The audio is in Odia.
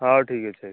ହଉ ଠିକ୍ ଅଛି ଆଜ୍ଞା